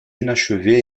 inachevé